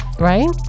right